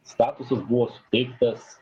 statusas buvo suteiktas